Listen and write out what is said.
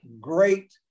great